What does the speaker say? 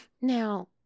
now